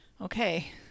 Okay